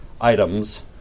items